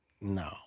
no